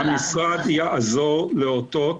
הלאה.